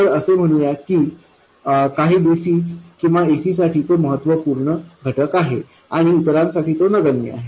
तरअसे म्हणू या काही dc किंवा ac साठी तो घटक महत्त्वपूर्ण आहे आणि इतरांसाठी तो नगण्य आहे